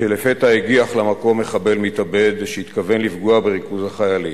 כשלפתע הגיח למקום מחבל מתאבד שהתכוון לפגוע בריכוז החיילים.